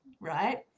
right